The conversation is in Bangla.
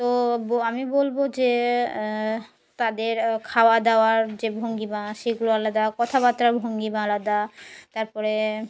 তো আমি বলবো যে তাদের খাওয়া দাওয়ার যে ভঙ্গিমা সেগুলো আলাদা কথাবার্তার ভঙ্গিমা আলাদা তারপরে